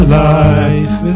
life